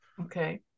Okay